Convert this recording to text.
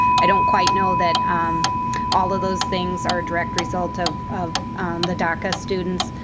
i don't quite know that all of those things are a direct result of of the daca students,